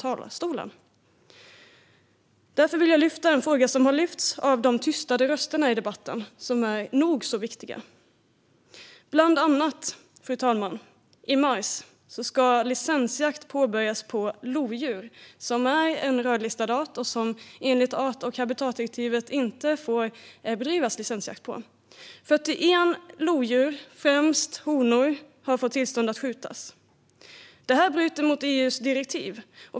Jag vill därför lyfta fram en fråga som finns bland de röster som tystats i debatten, röster som är nog så viktiga. I mars ska licensjakt på lodjur påbörjas. Detta är en rödlistad art, och enligt art och habitatdirektivet får man inte bedriva licensjakt mot den. Det har getts tillstånd att skjuta 41 lodjur, främst honor. Detta bryter mot EU:s direktiv.